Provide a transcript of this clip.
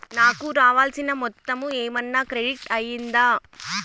నాకు రావాల్సిన మొత్తము ఏమన్నా క్రెడిట్ అయ్యిందా